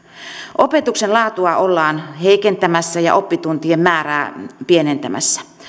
opetuksen laatua ollaan heikentämässä ja oppituntien määrää pienentämässä